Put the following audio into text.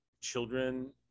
children